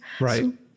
Right